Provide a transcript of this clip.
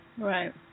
Right